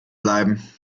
bleiben